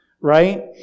right